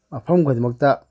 ꯃꯐꯝ ꯈꯨꯗꯤꯡꯃꯛꯇ